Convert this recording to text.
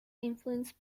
influenced